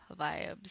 vibes